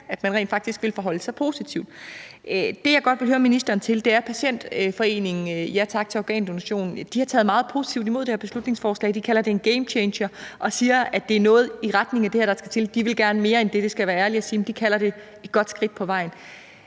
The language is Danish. at man rent faktisk ville forholde sig positivt. Jeg vil godt høre ministeren om noget. Patientforeningen Organdonation – ja tak! har taget meget positivt imod det her beslutningsforslag. De kalder det en game changer og siger, at det er noget i retning af det her, der skal til. De ville gerne mere end det – det skal jeg være ærlig og sige – men de kalder det et godt skridt på vejen.